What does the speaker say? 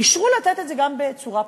אישרו לתת את זה גם בצורה פומית.